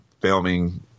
filming